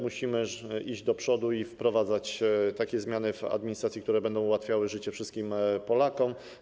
Musimy iść do przodu i wprowadzać takie zmiany w administracji, które będą ułatwiały życie wszystkim Polakom.